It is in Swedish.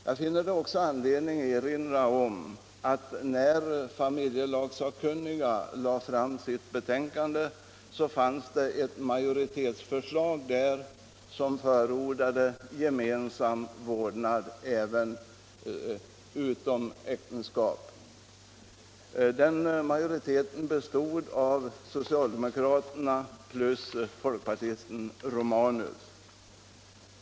Jag finner också anledning erinra om att i familjelagsakkunnigas betänkande fanns ett majoritetsförslag som förordade gemensam vårdnad även för utomäktenskapliga barn. Den majoriteten bestod av socialdemokraterna plus folkpartisten herr Romanus.